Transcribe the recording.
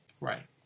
right